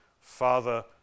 Father